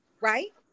right